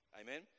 Amen